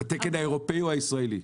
בתקן האירופאי או בתקן הישראלי?